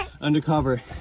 undercover